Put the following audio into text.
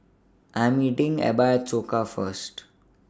I'm meeting Ebba At Soka First